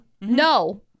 No